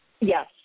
Yes